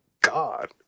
god